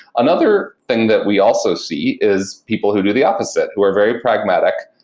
another thing that we also see is people who do the opposite who are very pragmatic,